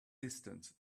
distance